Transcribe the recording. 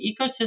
Ecosystem